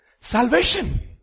Salvation